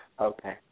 Okay